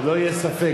שלא יהיה ספק,